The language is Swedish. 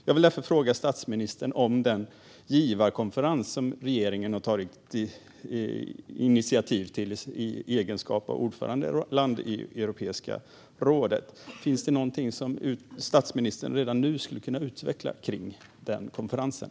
Jag vill därför fråga statsministern om den givarkonferens som regeringen har tagit initiativ till med utgångspunkt i att Sverige är ordförandeland i Europeiska unionens råd. Finns det någonting som statsministern redan nu skulle kunna utveckla kring den konferensen?